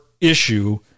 issue